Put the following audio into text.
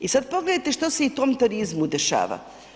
I sad pogledajte što se i tom turizmu dešava.